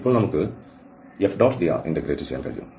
ഇപ്പോൾ നമുക്ക് F⋅dr integrate ചെയ്യാൻ കഴിയും